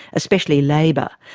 especially labour.